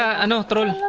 and